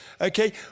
okay